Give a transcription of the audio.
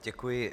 Děkuji.